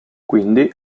quindi